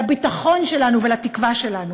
לביטחון שלנו ולתקווה שלנו,